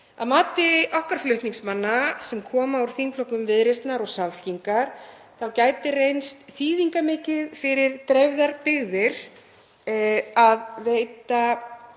Að mati okkar flutningsmanna, sem koma úr þingflokkum Viðreisnar og Samfylkingar, þá gæti reynst þýðingarmikið fyrir dreifðar byggðir að veita